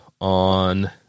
on